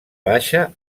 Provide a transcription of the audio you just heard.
baixa